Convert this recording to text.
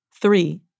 Three